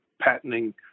patenting